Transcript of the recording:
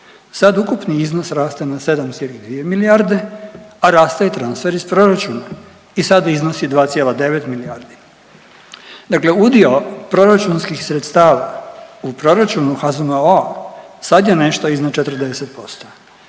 Sad ukupni iznos raste na 7,2 milijarde, a raste i transfer iz proračuna i sad iznosi 2,9 milijardi. Dakle, udio proračunskih sredstava u proračunu HZMO-a sad je nešto iznad 40%